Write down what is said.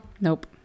Nope